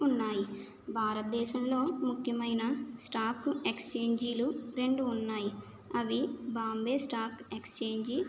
ఉన్నాయి భారతదేశంలో ముఖ్యమైన స్టాక్ ఎక్స్చేంజీలు రెండు ఉన్నాయి అవి బాంబే స్టాక్ ఎక్చేంజీ